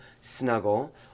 snuggle